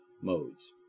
modes